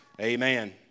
amen